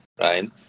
right